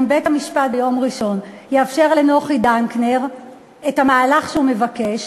אם בית-המשפט ביום ראשון יאפשר לנוחי דנקנר את המהלך שהוא מבקש,